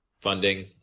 funding